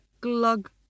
glug